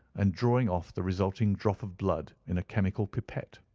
and drawing off the resulting drop of blood in a chemical pipette.